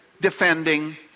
defending